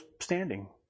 standing